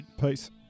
Peace